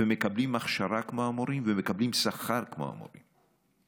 לקבל הכשרה כמו המורים ולקבל שכר כמו מורים.